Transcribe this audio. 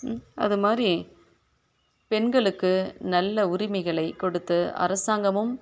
ம் அதை மாதிரி பெண்களுக்கு நல்ல உரிமைகளை கொடுத்து அரசாங்கமும்